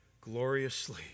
gloriously